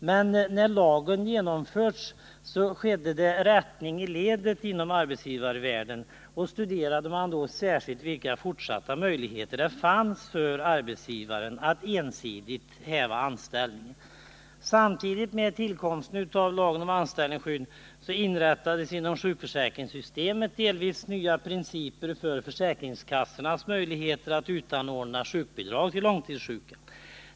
Men när lagen genomförts blev det rättning i ledet inom arbetsgivarvärlden, och man studerade särskilt vilka fortsatta möjligheter det fanns för arbetsgivaren att ensidigt häva anställningen. Samtidigt med tillkomsten av lagen om anställningsskydd inrättades inom sjukförsäkringssystemet delvis nya principer för försäkringskassornas möjligheter att utanordna sjukbidrag till långtidssjuka.